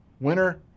winner